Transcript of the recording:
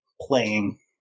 playing